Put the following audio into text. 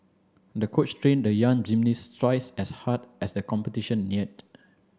the coach trained the young gymnast twice as hard as the competition neared